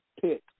pick